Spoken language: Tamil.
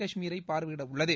காஷ்மீரை பார்வையிட உள்ளது